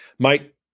Mike